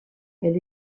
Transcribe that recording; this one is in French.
elle